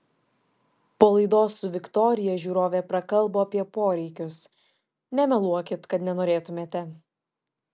po laidos su viktorija žiūrovė prakalbo apie poreikius nemeluokit kad nenorėtumėte